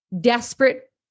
desperate